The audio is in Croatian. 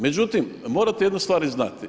Međutim, morate jednu stvar znati.